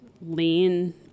lean